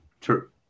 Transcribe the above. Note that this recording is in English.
True